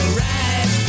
right